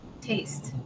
taste